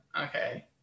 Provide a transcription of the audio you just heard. Okay